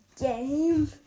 game